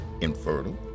infertile